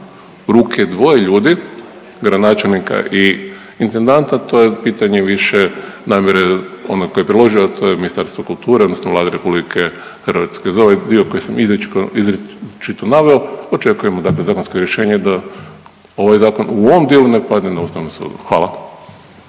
ruke dvoje ljudi, gradonačelnika i intendanta, to je pitanje više namjere onog tko je predložio, a to je Ministarstvo kulture odnosno Vlade RH. Za ovaj dio koji sam izričito naveo, očekujemo dakle zakonsko rješenje da ovaj Zakon u ovom dijelu ne padne na Ustavnom sudu. Hvala.